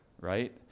right